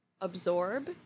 absorb